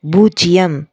பூஜ்யம்